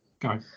Go